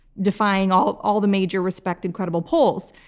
defying all all the major respected credible polls.